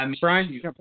Brian